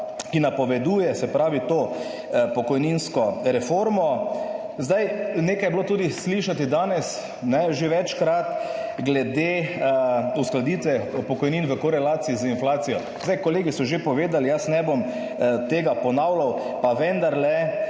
ki napoveduje, se pravi, to pokojninsko reformo. Nekaj je bilo tudi slišati danes že večkrat glede uskladitve pokojnin v korelaciji z inflacijo. Kolegi so že povedali, jaz ne bom tega ponavljal, pa vendarle